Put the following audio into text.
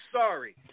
sorry